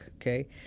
okay